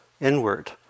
inward